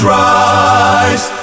rise